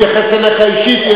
אם השרה תואיל להתייחס אליך אישית,